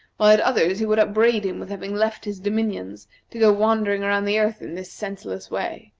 while at others he would upbraid him with having left his dominions to go wandering around the earth in this senseless way.